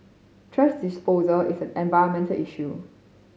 thrash disposal is an environmental issue